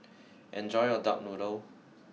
enjoy your Duck Noodle